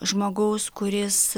žmogaus kuris